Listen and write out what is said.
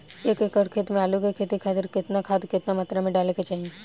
एक एकड़ खेत मे आलू के खेती खातिर केतना खाद केतना मात्रा मे डाले के चाही?